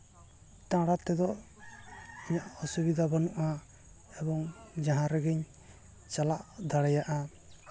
ᱫᱟᱬᱟ ᱛᱮᱫᱚ ᱤᱧᱟᱹᱜ ᱚᱥᱩᱵᱤᱫᱷᱟ ᱵᱟᱹᱱᱩᱜᱼᱟ ᱮᱵᱚᱝ ᱡᱟᱦᱟᱸ ᱨᱮᱜᱤᱧ ᱪᱟᱞᱟᱜ ᱫᱟᱲᱮᱭᱟᱜᱼᱟ